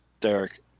Derek